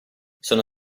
sono